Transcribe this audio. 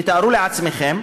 תתארו לעצמכם: